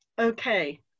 Okay